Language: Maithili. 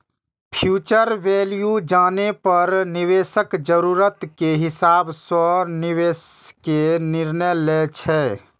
फ्यूचर वैल्यू जानै पर निवेशक जरूरत के हिसाब सं निवेश के निर्णय लै छै